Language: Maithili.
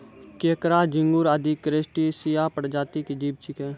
केंकड़ा, झिंगूर आदि क्रस्टेशिया प्रजाति के जीव छेकै